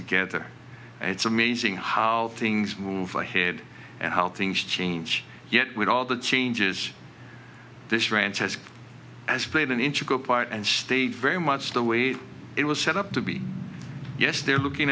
together it's amazing how things move ahead and how things change yet with all the changes this franchise has played an integral part and stayed very much the way it was set up to be yes they're looking